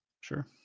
Sure